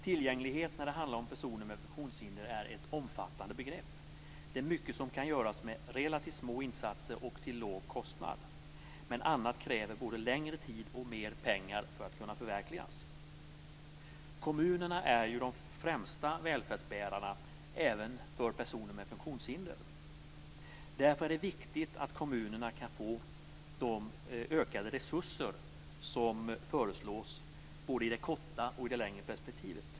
Tillgänglighet för personer med funktionshinder är ett omfattande begrepp. Det är mycket som kan göras med relativt små insatser och till låg kostnad. Men annat kräver både längre tid och mer pengar för att kunna förverkligas. Kommunerna är ju de främsta välfärdsbärarna även för personer med funktionshinder. Därför är det viktigt att kommunerna kan få de ökade resurser som föreslås både i det korta och i det längre perspektivet.